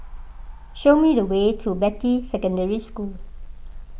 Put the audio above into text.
show me the way to Beatty Secondary School